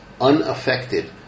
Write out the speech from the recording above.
unaffected